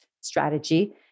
strategy